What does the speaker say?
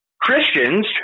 christians